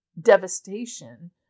devastation